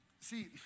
see